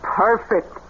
perfect